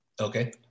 okay